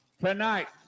Tonight